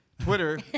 Twitter